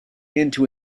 into